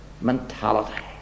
mentality